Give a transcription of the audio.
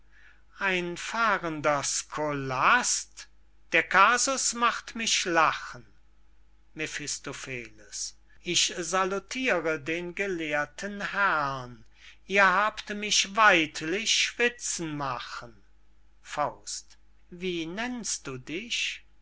ein fahrender scolast der casus macht mich lachen mephistopheles ich salutire den gelehrten herrn ihr habt mich weidlich schwitzen machen wie nennst du dich